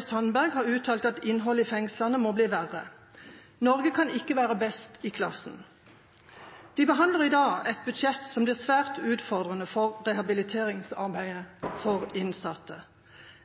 Sandberg har uttalt at innholdet i fengslene må bli verre – Norge kan ikke være best i klassen. Vi behandler i dag et budsjett som blir svært utfordrende for rehabiliteringsarbeidet for innsatte.